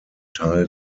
teil